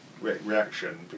reaction